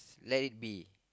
let it be